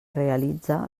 realitze